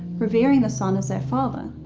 revering the sun as their father.